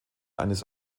eines